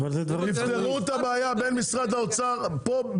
תפתרו את הבעיה בין משרד האוצר פה,